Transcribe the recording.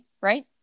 right